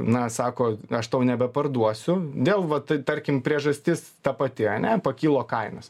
na sako aš tau nebeparduosiu dėl vat tarkim priežastis ta pati ane pakilo kainos